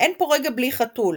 אין פה רגע בלי חתול